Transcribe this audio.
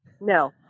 No